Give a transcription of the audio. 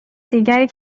دیگری